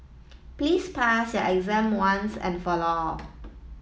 please pass your exam once and for all